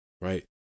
Right